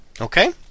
okay